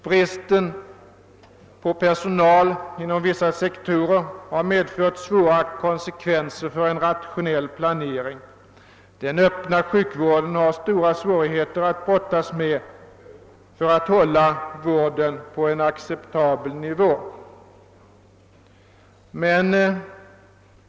Bristen på personal inom vissa sektorer har medfört svåra hinder för en rationell planering. Den öppna sjukvården har stora svårigheter att brottas med när det gäller att hålla vården på en acceptabel nivå.